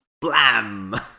blam